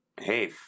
hey